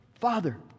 Father